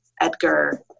Edgar